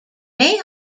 may